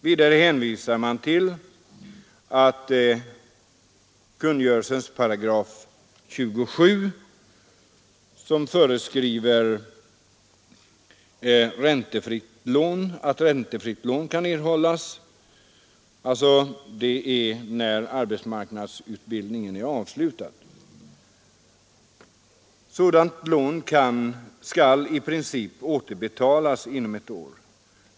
Vidare hänvisar man till att enligt kungörelsens 27 8 räntefritt lån kan erhållas när arbetsmarknadsutbildningen är avslutad. Sådant lån skall i princip återbetalas inom ett år.